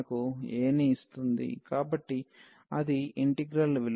కాబట్టి అది ఇంటిగ్రల్ విలువ